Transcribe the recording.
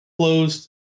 closed